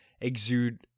exude